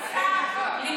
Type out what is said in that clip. תאמין לי,